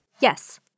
Yes